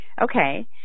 Okay